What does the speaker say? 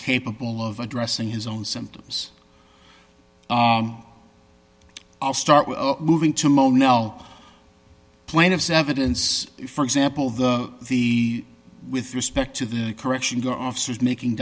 capable of addressing his own symptoms i'll start moving to mono plaintiffs evidence for example the the with respect to the correction go officers making